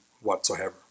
whatsoever